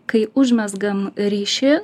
kai užmezgam ryšį